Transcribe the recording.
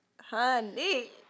Honey